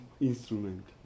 instrument